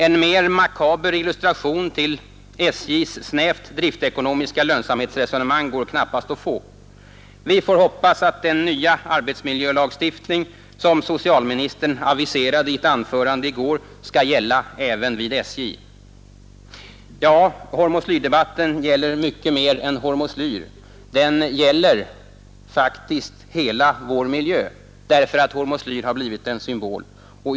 En mer makaber illustration till SJ:s snävt driftekonomiska lönsamhetsresonemang går knappast att få. Vi får hoppas att den nya arbetsmiljölagstiftning som socialministern aviserade i ett anförande i går skall gälla även vid SJ. Hormoslyrdebatten gäller mycket mer än hormoslyr; den gäller faktiskt hela vår miljö, därför att hormoslyr har blivit en symbol.